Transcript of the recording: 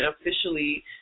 officially